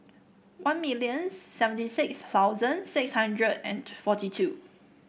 one million seventy six thousand six hundred and forty two